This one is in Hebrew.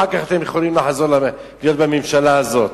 אחר כך אתם יכולים לחזור להיות בממשלה הזאת.